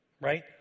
right